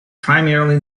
primarily